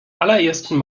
allerersten